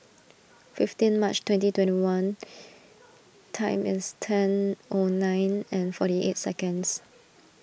fifteen March twenty twenty one time is ten O nine and forty eight seconds